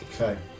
okay